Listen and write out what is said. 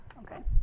Okay